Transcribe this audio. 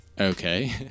okay